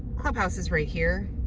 clubhouse is right here.